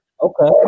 Okay